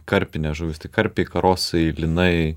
karpinės žuvys tai karpiai karosai lynai